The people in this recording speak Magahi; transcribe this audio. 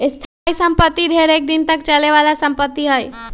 स्थाइ सम्पति ढेरेक दिन तक चले बला संपत्ति हइ